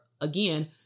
again